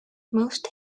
most